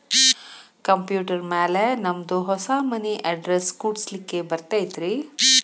Computer ಮ್ಯಾಲೆ ನಮ್ದು ಹೊಸಾ ಮನಿ ಅಡ್ರೆಸ್ ಕುಡ್ಸ್ಲಿಕ್ಕೆ ಬರತೈತ್ರಿ?